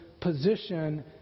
position